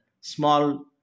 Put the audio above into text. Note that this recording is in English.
small